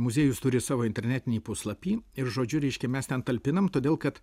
muziejus turi savo internetinį puslapį ir žodžiu reiškia mes ten talpinam todėl kad